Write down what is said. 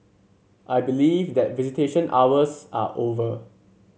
I believe that visitation hours are over